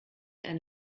eine